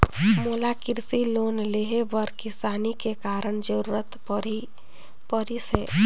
मोला कृसि लोन लेहे बर किसानी के कारण जरूरत परिस हे